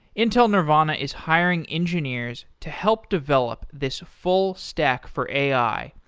intel nervana is hiring engineers to help develop this full stack for ai,